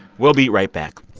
we'll be right back